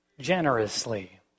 generously